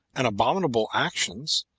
and abominable actions,